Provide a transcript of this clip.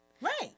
Right